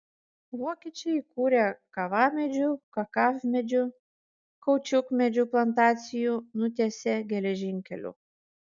vokiečiai įkūrė kavamedžių kakavmedžių kaučiukmedžių plantacijų nutiesė geležinkelių